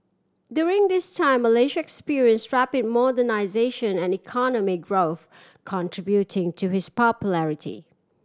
during this time Malaysia experience rapid modernisation and economic growth contributing to his popularity